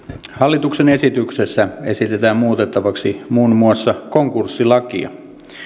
hallituksen esityksessä esitetään muutettavaksi muun muassa konkurssilakia